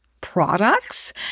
products